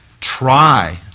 try